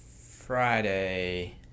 Friday